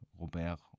Robert